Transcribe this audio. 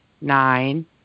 nine